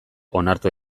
onartu